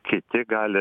kiti gali